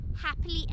happily